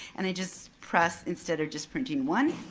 and i just press instead of just printing one,